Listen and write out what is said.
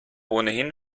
ohnehin